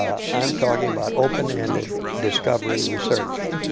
i'm talking about open-ended discovery research.